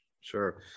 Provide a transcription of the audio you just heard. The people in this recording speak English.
Sure